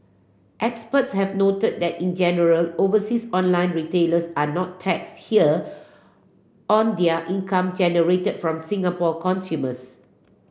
experts have noted that in general overseas online retailers are not taxed here on their income generated from Singapore consumers